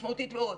משמעותית מאוד,